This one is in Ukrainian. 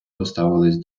поставилися